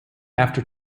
after